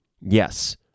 yes